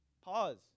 Pause